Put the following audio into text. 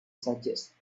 suggested